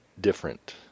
different